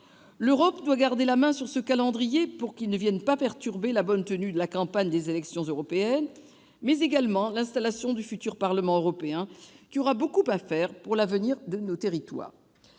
L'Europe doit garder la main sur ce calendrier pour qu'il ne vienne pas perturber la bonne tenue de la campagne des élections européennes, mais également l'installation du futur Parlement européen, qui aura beaucoup à faire pour l'avenir de nos territoires.